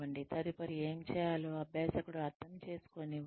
తదుపరి ఏమి చేయాలో అభ్యాసకుడు అర్థం చేసుకోనివ్వండి